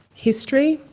history,